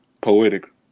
poetic